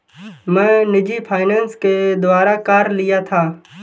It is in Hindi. मैं निजी फ़ाइनेंस के द्वारा कार लिया था